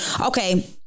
okay